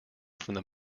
from